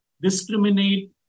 discriminate